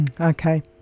Okay